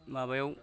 माबायाव